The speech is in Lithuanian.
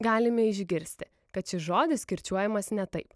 galime išgirsti kad šis žodis kirčiuojamas ne taip